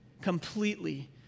completely